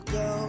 go